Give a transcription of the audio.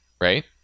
right